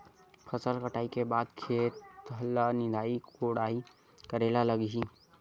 फसल कटाई के बाद खेत ल निंदाई कोडाई करेला लगही?